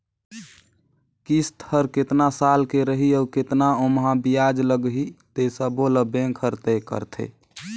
किस्त हर केतना साल के रही अउ केतना ओमहा बियाज लगही ते सबो ल बेंक हर तय करथे